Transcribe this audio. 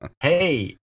hey